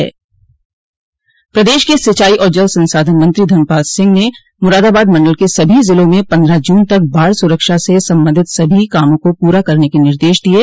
प्रदेश के सिंचाई और जल संसाधन मंत्री धर्मपाल सिंह ने मूरादाबाद मंडल के सभी जिलों में पन्द्रह जून तक बाढ़ सुरक्षा से संबंधित सभी कामों को पूरा करने के निर्देश दिये